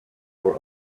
were